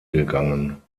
gegangen